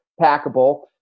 packable